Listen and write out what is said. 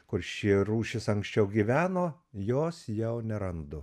kur ši rūšis anksčiau gyveno jos jau nerandu